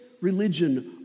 religion